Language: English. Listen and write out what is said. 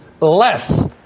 less